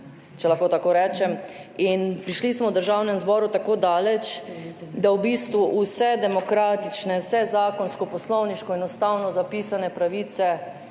če lahko tako rečem. In prišli smo v Državnem zboru tako daleč, da v bistvu vse demokratične, vse zakonsko, poslovniško in ustavno zapisane pravice